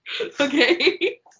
okay